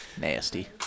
Nasty